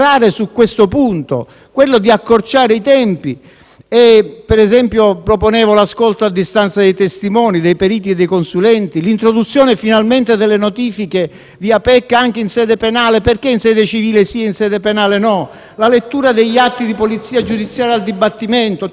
quello cioè di accorciare i tempi. Ho proposto - per esempio - l'ascolto a distanza dei testimoni, dei periti e dei consulenti; l'introduzione finalmente delle notifiche via PEC anche in sede penale (perché in sede civile sì e in sede penale no?); la lettura degli atti di polizia giudiziaria al dibattimento: tutta una serie di